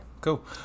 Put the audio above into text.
cool